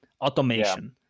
automation